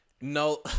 No